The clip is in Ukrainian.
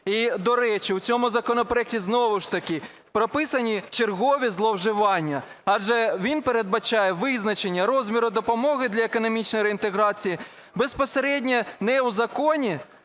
І, до речі, у цьому законопроекті знову ж таки прописані чергові зловживання, адже він передбачає визначення розміру допомоги для економічної реінтеграції безпосередньо не в законі,